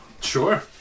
Sure